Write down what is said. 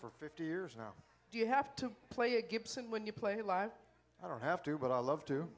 for fifty years now do you have to play a gibson when you play live i don't have to but i love to